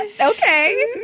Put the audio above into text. Okay